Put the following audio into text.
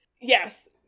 Yes